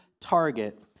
target